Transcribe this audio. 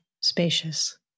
spacious